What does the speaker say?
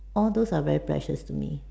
all those are very precious to me